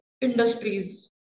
industries